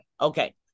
Okay